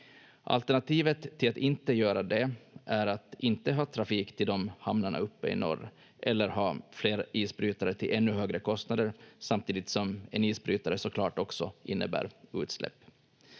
Alternativet till att inte göra det är att inte ha trafik till de hamnarna uppe i norr eller ha fler isbrytare till ännu högre kostnader, samtidigt som en isbrytare så klart också innebär utsläpp.